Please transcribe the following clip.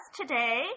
today